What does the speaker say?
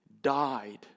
died